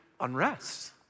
unrest